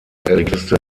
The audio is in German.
älteste